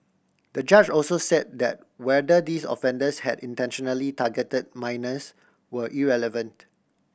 the judge also said that whether these offenders had intentionally targeted minors were irrelevant